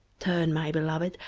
turn, my beloved,